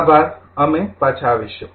આભાર અમે ફરી પાછા આવીશું